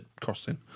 crossing